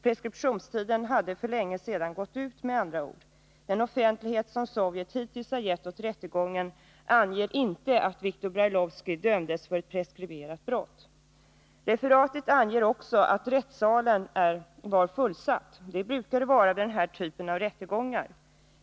Preskriptionstiden hade med andra ord för länge sedan gått ut. Av den offentlighet som Sovjet hittills har gett åt rättegången framgår inte att Viktor Brailovsky dömdes för ett preskriberat brott. Referatet anger att rättssalen var fullsatt. Det brukar de vara vid den här typen av rättegångar.